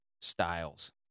styles